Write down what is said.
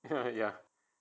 ya ya